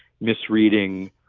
Misreading